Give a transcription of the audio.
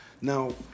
Now